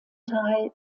teil